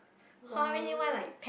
warm light